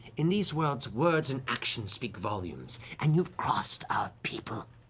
in these worlds, words and actions speak volumes, and you've crossed our people.